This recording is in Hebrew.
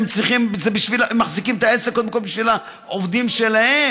הם מחזיקים את העסק קודם כול בשביל העובדים שלהם.